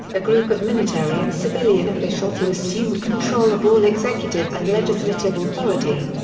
a group of military and civilian officials who assumed control of all executive and legislative authority.